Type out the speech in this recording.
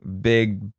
Big